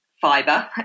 fiber